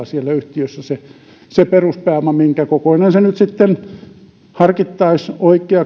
siellä yhtiössä olisi oltava se peruspääoma minkä kokoinen sen nyt sitten harkittaisiin